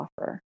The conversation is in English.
offer